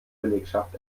belegschaft